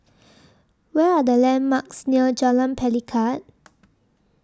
What Are The landmarks near Jalan Pelikat